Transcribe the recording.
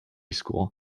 school